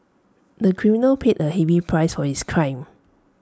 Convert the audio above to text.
the criminal paid A heavy price for his crime